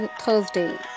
Thursday